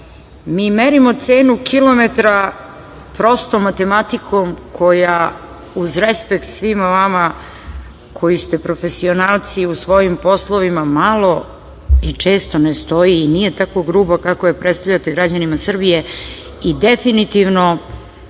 merimo cenu kilometra prosto matematikom koja, uz respekt svima vama koji ste profesionalci u svojim poslovima, malo i često ne stoji i nije tako gruba kako je predstavljate građanima Srbije i definitivno